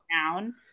town